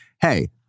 hey